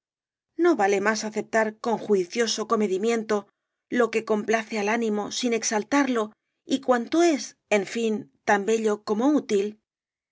no vale más aceptar con juicioso comedimiento lo que complace el ánimo sin exaltarlo y cuanto es en fin tan bello como útil